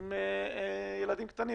עם ילדים קטנים.